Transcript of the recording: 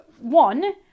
One